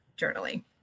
journaling